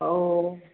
औ